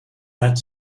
that